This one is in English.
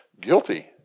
Guilty